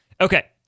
Okay